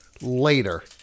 later